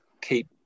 keep